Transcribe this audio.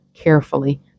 carefully